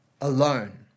alone